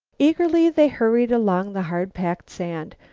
eagerly they hurried along the hard-packed sand.